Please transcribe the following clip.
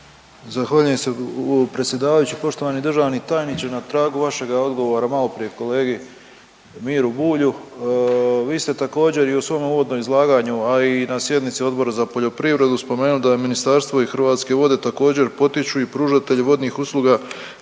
Zahvaljujem se predsjedavajući. Poštovani državni tajniče, na tragu vašega odgovora malo prije kolegi Miri Bulju vi ste također i u svom uvodnom izlaganju, a i na sjednici Odbora za poljoprivredu spomenuli da je ministarstvo i Hrvatske vode također potiču i pružatelji vodnih usluga